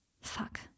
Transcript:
Fuck